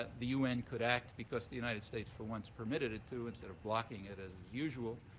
the un could act because the united states for once permitted it to, instead of blocking it, as is usual.